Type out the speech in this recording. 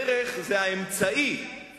דרך היא האמצעי היא האמצעי,